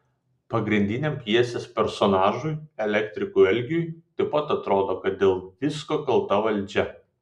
pagrindiniam pjesės personažui elektrikui algiui taip pat atrodo kad dėl visko kalta valdžia